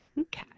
Okay